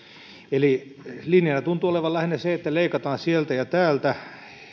linjana tuntuu olevan lähinnä se että leikataan sieltä ja täältä